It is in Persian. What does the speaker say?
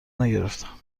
نگرفتم